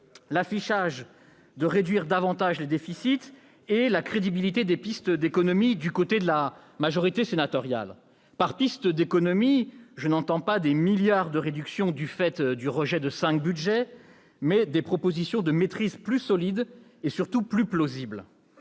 affichée de réduire davantage les déficits et la crédibilité des pistes d'économies du côté de la majorité sénatoriale. Par piste d'économies, je n'entends pas les milliards d'euros de réduction du fait du rejet de cinq budgets, mais des propositions de maîtrise plus solides et surtout plus plausibles.